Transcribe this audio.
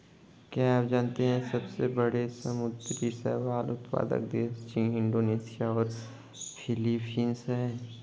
क्या आप जानते है सबसे बड़े समुद्री शैवाल उत्पादक देश चीन, इंडोनेशिया और फिलीपींस हैं?